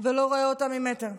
ולא רואה אותה ממטר,